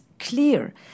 clear